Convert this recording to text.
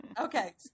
Okay